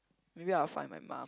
maybe I'll find my mom